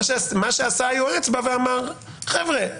מה שעשה היועץ זה בא ואמר: "חבר'ה,